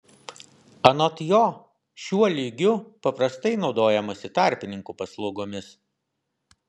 anot jo šiuo lygiu paprastai naudojamasi tarpininkų paslaugomis